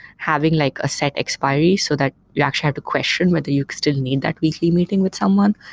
having like set expiries so that you actually have to question whether you still need that weekly meeting with someone.